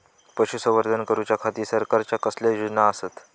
पशुसंवर्धन करूच्या खाती सरकारच्या कसल्या योजना आसत?